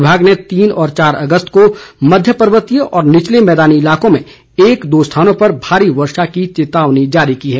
विभाग ने तीन व चार अगस्त को मध्य पर्वतीय व निचले मैदानी इलाकों में एक दो स्थानों पर भारी वर्षा की चेतावनी जारी की है